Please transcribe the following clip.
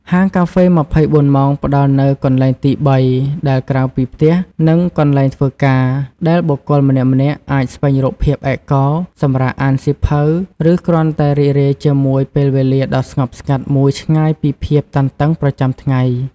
ហាងកាហ្វេ ២៤ ម៉ោងផ្តល់នូវ "កន្លែងទីបី" ដែលក្រៅពីផ្ទះ និងកន្លែងធ្វើការ ដែលបុគ្គលម្នាក់ៗអាចស្វែងរកភាពឯកោ សម្រាក អានសៀវភៅ ឬគ្រាន់តែរីករាយជាមួយពេលវេលាដ៏ស្ងប់ស្ងាត់មួយឆ្ងាយពីភាពតានតឹងប្រចាំថ្ងៃ។